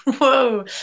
Whoa